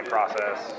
Process